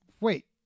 Wait